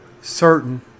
Certain